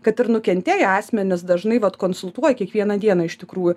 kad ir nukentėję asmenys dažnai vat konsultuoj kiekvieną dieną iš tikrųjų